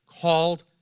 Called